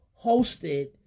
hosted